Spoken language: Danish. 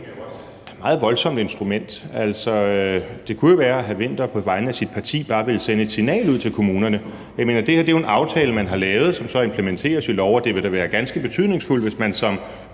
også et meget voldsomt instrument. Altså, det kunne jo være, at hr. Henrik Vinther på vegne af sit parti bare ville sende et signal ud til kommunerne. Det her er jo en aftale, man har lavet, og som så implementeres ved lov, og det vil da være ganske betydningsfuldt, hvis man som